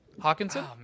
Hawkinson